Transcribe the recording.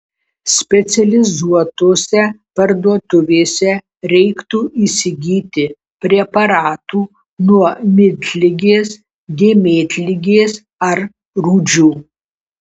specializuotose parduotuvėse reiktų įsigyti preparatų nuo miltligės dėmėtligės ar rūdžių